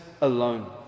alone